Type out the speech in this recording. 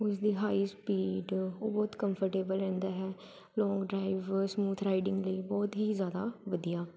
ਉਸ ਦੀ high speed ਉਹ ਬਹੁਤ ਕੰਫਰਟੇਬਲ ਰਹਿੰਦਾ ਹੈ ਲੋਂਗ ਡਰਾਈਵ ਸਮੂਥ ਰਾਈਡਿੰਗ ਲਈ ਬਹੁਤ ਹੀ ਜ਼ਿਆਦਾ ਵਧੀਆ